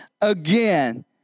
again